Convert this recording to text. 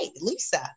Lisa